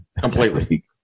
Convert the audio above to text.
Completely